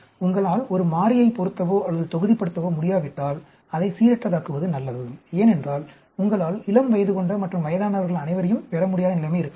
உங்களால் ஒரு மாறியைப் பொருத்தவோ அல்லது தொகுதிப்படுத்தவோ முடியாவிட்டால் அதை சீரற்றதாக்குவது நல்லது ஏனென்றால் உங்களால் இளம்வயது கொண்ட மற்றும் வயதானவர்கள் அனைவரையும் பெற முடியாத நிலைமை இருக்கலாம்